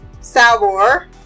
Salvor